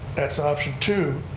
that's option two,